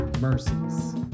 mercies